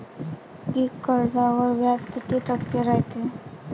पीक कर्जावर व्याज किती टक्के रायते?